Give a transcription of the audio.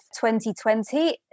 2020